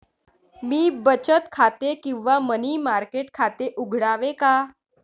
मी बचत खाते किंवा मनी मार्केट खाते उघडावे का?